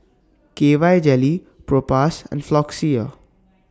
K Y Jelly Propass and Floxia